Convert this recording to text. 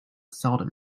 seldom